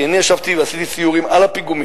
כי אני ישבתי ועשיתי סיורים על הפיגומים.